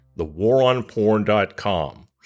thewaronporn.com